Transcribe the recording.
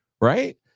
right